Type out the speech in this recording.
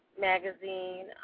magazine